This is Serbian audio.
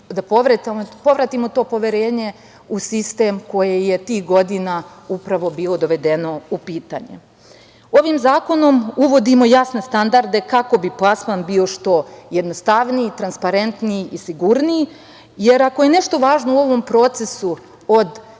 da povratimo to poverenje u sistem, koji je tih godina upravo bio doveden u pitanje. Ovim zakonom uvodimo jasne standarde kako bi plasman bio što jednostavniji, transparentniji i sigurniji, jer ako je nešto važno u ovom procesu od